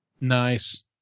Nice